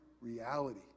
reality